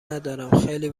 ندارم، خیلی